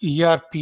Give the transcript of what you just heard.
ERP